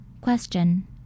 Question